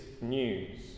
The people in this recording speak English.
news